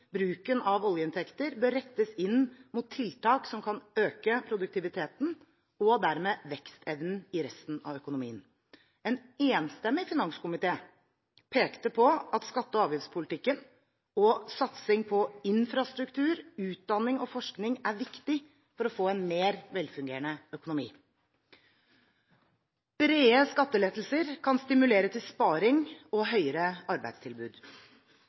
bruken av oljeinntekter bør rettes inn mot tiltak som kan øke produktiviteten, og dermed vekstevnen, i resten av økonomien. En enstemmig finanskomité pekte på at skatte- og avgiftspolitikken og satsing på infrastruktur, utdanning og forskning er viktig for å få en mer velfungerende økonomi. Brede skattelettelser kan stimulere til sparing og høyere arbeidstilbud.